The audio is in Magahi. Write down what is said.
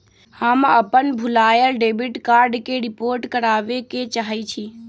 हम अपन भूलायल डेबिट कार्ड के रिपोर्ट करावे के चाहई छी